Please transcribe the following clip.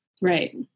Right